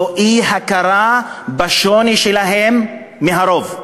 הוא אי-הכרה בשוני שלהם מהרוב.